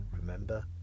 remember